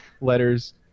letters